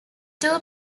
two